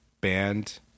band